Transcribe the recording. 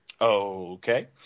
Okay